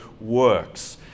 works